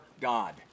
God